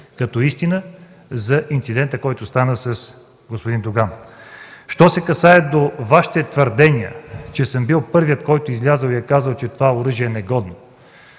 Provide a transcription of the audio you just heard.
да излезе за инцидента с господин Доган. Що се касае до Вашите твърдения, че съм бил първият, който е излязъл и е казал, че това оръжие е негодно,